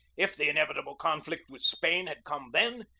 if the inevitable conflict with spain had come then,